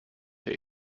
herr